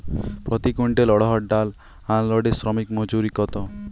প্রতি কুইন্টল অড়হর ডাল আনলোডে শ্রমিক মজুরি কত?